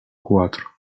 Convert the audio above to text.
cuatro